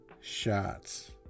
shots